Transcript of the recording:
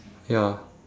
ya